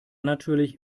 natürlich